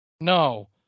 no